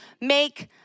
make